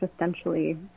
existentially